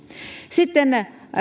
sitten